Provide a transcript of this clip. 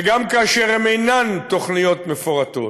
וגם כאשר הן אינן תוכניות מפורטות